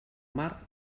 mar